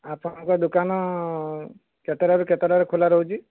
ଆପଣଙ୍କ ଦୋକାନ କେତେଟାରୁ କେତେଟା ଖୋଲା ରହୁଛି